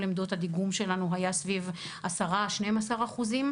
עמדות הדיגום שלנו היה סביב 12-10 אחוזים,